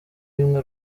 imwe